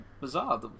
bizarre